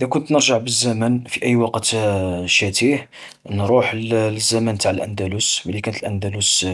إذا كنت نرجع بالزمن في أي وقت شاتيه، نروح للزمن نتع الأندلس. ملي كانت الأندلس